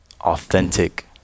authentic